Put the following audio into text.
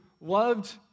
loved